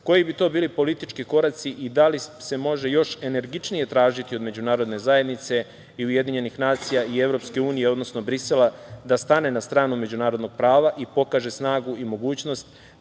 Koji bi to bili politički koraci i da li se može još energičnije tražiti od međunarodne zajednice i UN i EU, odnosno Brisela, da stane na stranu međunarodnog prava i pokaže snagu i mogućnost